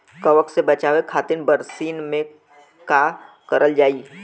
कवक से बचावे खातिन बरसीन मे का करल जाई?